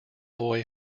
boy